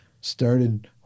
started